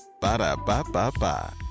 Ba-da-ba-ba-ba